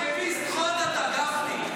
רגביסט חוד אתה, גפני.